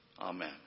Amen